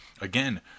Again